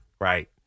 Right